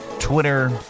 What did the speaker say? Twitter